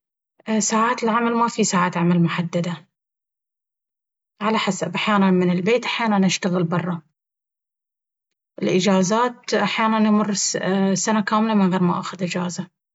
ساعات العمل... مافي ساعات عمل محددة على حسب أحيانا من البيت أحيانا أشتغل برى، الاجازات أحيانا يمر سنة كاملة من غير ما آخذ إجازة.